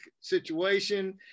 situation